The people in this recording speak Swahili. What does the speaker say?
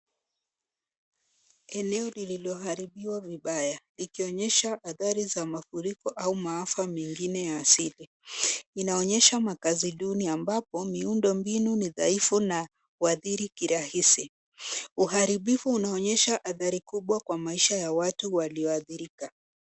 Eneo lililoharibiwa vibaya ikionyesha hadhari za mafuriko au maafa mengine ya asili. Inaonyesha makazi duni ambapo miundo mbinu ni dhaifu na huhadhiri kirahisi. Uharibifu unaonyesha hadhari kubwa kwa maisha ya watu waliohadhirika.